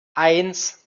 eins